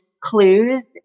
clues